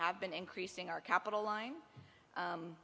have been increasing our capital line